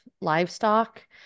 livestock